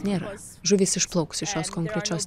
nėra žuvys išplauks iš šios konkrečios